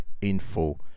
info